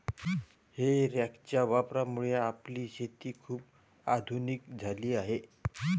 हे रॅकच्या वापरामुळे आपली शेती खूप आधुनिक झाली आहे